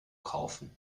kaufen